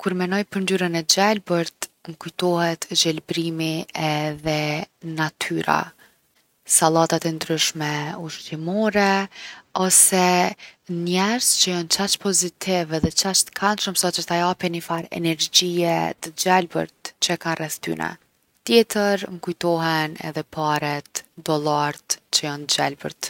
Kur menoj për ngjyrën e gjelbërt m’kujtohet gjelbrimi edhe natyra. Sallatat e ndryshme ushqimore ose njerzt që jon qaq pozitiv edhe qaq t’kandshëm saqë ta japin nifar energjije t’gjelbërt që e kan rreth tyne. Tjetër m’kujtohen edhe paret, dollart, që jon t’gjelbërt.